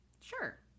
Sure